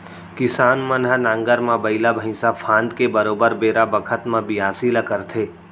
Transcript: किसान मन ह नांगर म बइला भईंसा फांद के बरोबर बेरा बखत म बियासी ल करथे